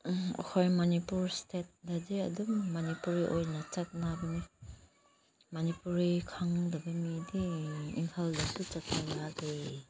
ꯑꯩꯈꯣꯏ ꯃꯅꯤꯄꯨꯔ ꯏꯁꯇꯦꯠꯇꯗꯤ ꯑꯗꯨꯝ ꯃꯅꯤꯄꯨꯔꯤ ꯑꯣꯏꯅ ꯆꯠꯅꯕꯅꯦ ꯃꯅꯤꯄꯨꯔꯤ ꯈꯪꯗꯕ ꯃꯤꯗꯤ ꯏꯝꯐꯥꯜꯗꯁꯨ ꯆꯠꯄ ꯌꯥꯗꯦ